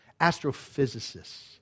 Astrophysicists